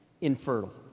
infertile